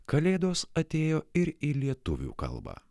kalėdos atėjo ir į lietuvių kalbą